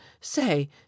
say